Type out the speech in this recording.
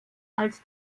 als